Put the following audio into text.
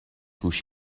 گوش